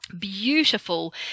beautiful